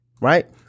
Right